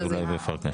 ההסתייגות לא התקבלה.